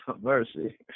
Mercy